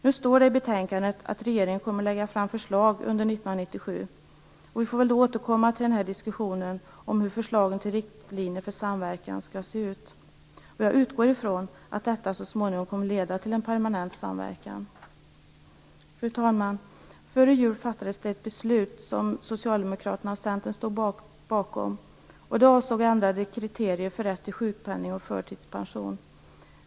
Det framhålls i betänkandet att regeringen kommer att lägga fram förslag under 1997, och vi får väl då återkomma till diskussionen om hur förslagen till riktlinjer för samverkan skall se ut. Jag utgår från att detta så småningom kommer att leda till en permanent samverkan. Fru talman! Det fattades före jul ett beslut, som Socialdemokraterna och Centern stod bakom, avseende ändrade kriterier för rätt till sjukpenning och förtidspension.